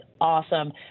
awesome